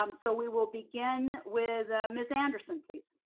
um so we will begin with miss anderson, please.